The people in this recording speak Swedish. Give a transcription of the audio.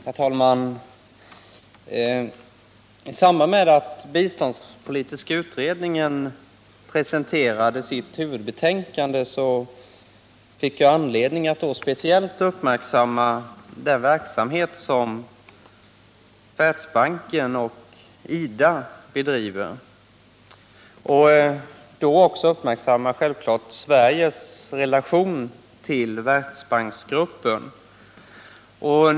Herr talman! I samband med att biståndspolitiska utredningen presenterade sitt huvudbetänkande fick jag anledning att speciellt uppmärksamma den verksamhet som Världsbanken och IDA bedriver och då självklart också uppmärksamma Sveriges relation till Världsbanksgruppen.